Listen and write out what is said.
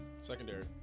Secondary